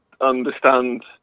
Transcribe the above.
understand